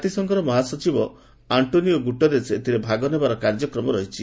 କାତିସଂଘର ମହାସଚିବ Antonio Guterres ଏଥିରେ ଭାଗ ନେବାର କାର୍ଯ୍ୟକ୍ରମ ରହିଛି